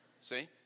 See